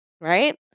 right